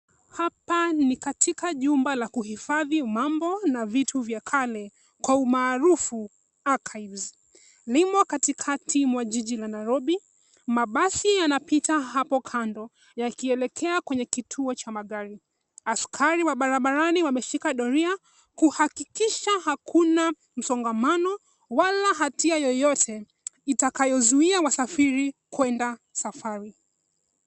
Hapa ni katika jumba la kuhifadhi mambo na vitu vya kale, kwa umaarufu Archives . Limo katikati mwa jiji la Nairobi. Mabasi yanapita hapo kando yakielekea kwenye kituo cha magari. Askari wa barabarani wameshika doria kuhakikisha hakuna msongamano wala hatia yoyote itakayozuia wasafiri kwenda safari.